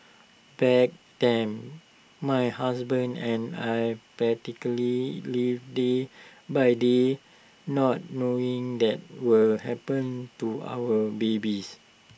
back then my husband and I practically lived day by day not knowing the what will happen to our babies